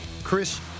Chris